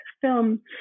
film